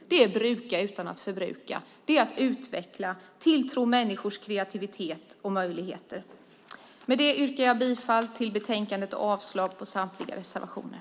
Det är att bruka utan att förbruka. Det är att utveckla och tro på människors kreativitet och möjligheter. Med detta yrkar jag bifall till utskottets förslag i betänkandet och avslag på samtliga reservationer.